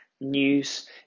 news